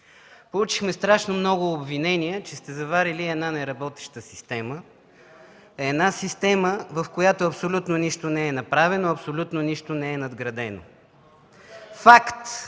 Получихме страшно много обвинения, че сте заварили една неработеща система, една система, в която абсолютно нищо не е направено, абсолютно нищо не е надградено. Факт: